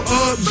up